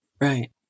Right